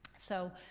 so,